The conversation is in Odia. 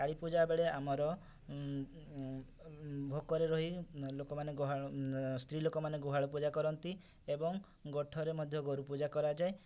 କାଳୀ ପୂଜା ବେଳେ ଆମର ଭୋକରେ ରହି ଲୋକମାନେ ଗୁହାଳ ସ୍ତ୍ରୀ ଲୋକମାନେ ଗୁହାଳ ପୂଜା କରନ୍ତି ଏବଂ ଗୋଠରେ ମଧ୍ୟ ଗୋରୁ ପୂଜା କରାଯାଏ